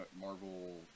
Marvel